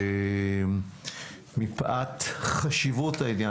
מפאת חשיבות העניין,